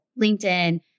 LinkedIn